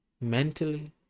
mentally